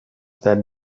that